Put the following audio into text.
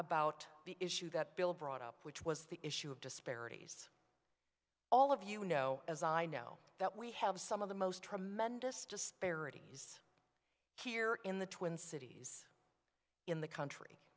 about the issue that bill brought up which was the issue of disparities all of you know as i know that we have some of the most tremendous disparity is here in the twin cities in the country